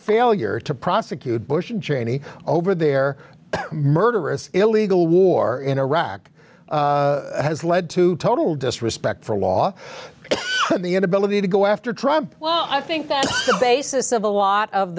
failure to prosecute bush and cheney over their murderous illegal war in iraq has led to total disrespect for law the inability to go after trump well i think that's the basis of a lot of